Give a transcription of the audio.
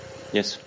Yes